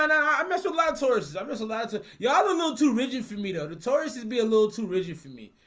i miss a lot sources i miss eliza y'all don't know too rigid for me no, the torus is be a little too rigid for me,